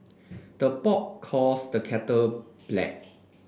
the pot calls the kettle black